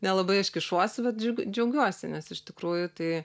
nelabai aš kišuosi bet džiau džiaugiuosi nes iš tikrųjų tai